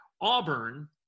Auburn